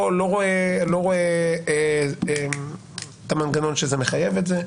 לא רואה את המנגנון שזה מחייב את זה.